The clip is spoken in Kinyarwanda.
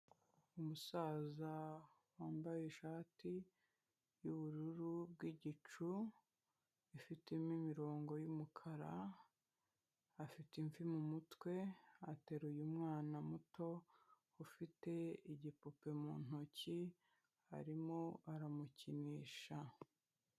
Umusaza wambaye ishati y'ubururu bw'igicu, ifitemo imirongo y'umukara, afite imvi mu mutwe, ateruye umwana muto ufite igipupe mu ntoki arimo aramukinisha.